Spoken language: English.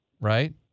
right